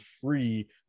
free